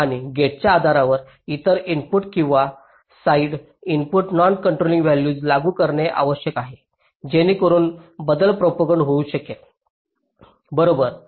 आणि गेटच्या आधारावर इतर इनपुट किंवा side input non controlling values लागू करणे आवश्यक आहे जेणेकरून बदल प्रोपागंट होऊ शकेल बरोबर